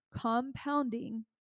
compounding